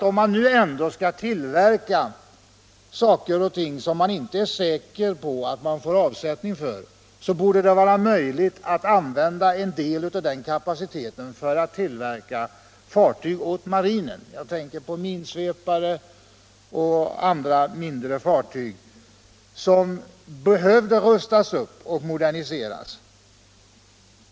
Om man ändå skall tillverka produkter som det inte med säkerhet finns avsättning för, menar jag att det borde vara möjligt att använda en del av kapaciteten för att tillverka fartyg åt marinen, t.ex. minsvepare och andra mindre fartyg som annars behöver rustas upp och moderniseras.